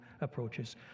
approaches